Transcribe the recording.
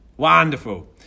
Wonderful